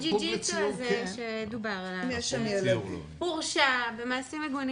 מדריך הג'יו ג'יטסו שדובר עליו הורשע במעשים מגונים